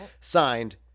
Signed